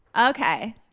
Okay